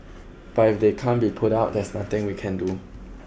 but if they can't be put out there's nothing we can do